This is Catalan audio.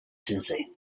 sencer